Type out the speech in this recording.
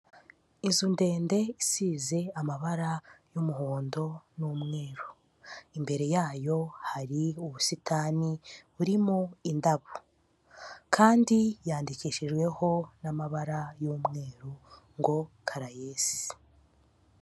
Inzu ndende isize amabara y'umuhondo n'umweru, imbere ya yo hari ubusitani burimo indabo kandi yandikishijweho n'amabara y'umweru ngo CARAES.